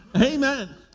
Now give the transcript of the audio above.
Amen